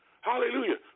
Hallelujah